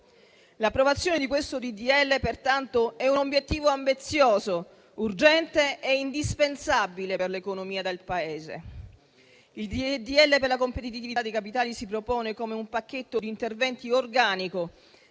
L'approvazione di questo disegno di legge pertanto è un obiettivo ambizioso, urgente e indispensabile per l'economia del Paese. Il disegno di legge per la competitività dei capitali si propone come un pacchetto di interventi organico,